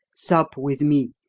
sup with me,